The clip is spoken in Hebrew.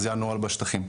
זה הנוהל בשטחים.